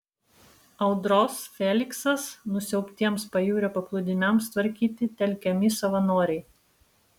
audros feliksas nusiaubtiems pajūrio paplūdimiams tvarkyti telkiami savanoriai